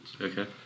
Okay